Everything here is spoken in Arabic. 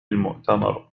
المؤتمر